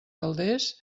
calders